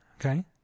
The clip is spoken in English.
okay